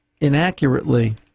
inaccurately